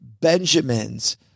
Benjamins